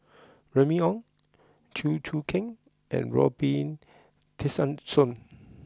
Remy Ong Chew Choo Keng and Robin Tessensohn